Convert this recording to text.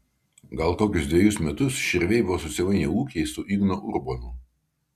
gal kokius dvejus metus širviai buvo susimainę ūkiais su ignu urbonu